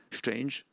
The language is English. strange